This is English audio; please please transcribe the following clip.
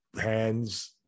hands